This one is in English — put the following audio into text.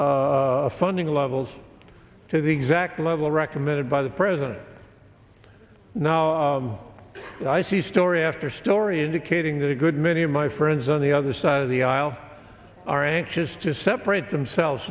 these funding levels to the exact level recommended by the president now i see story after story indicating that a good many of my friends on the other side of the aisle are anxious to separate themselves